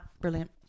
Brilliant